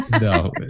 no